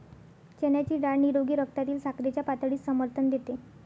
चण्याची डाळ निरोगी रक्तातील साखरेच्या पातळीस समर्थन देते